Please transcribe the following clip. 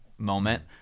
moment